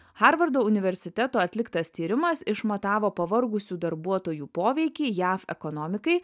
harvardo universiteto atliktas tyrimas išmatavo pavargusių darbuotojų poveikį jav ekonomikai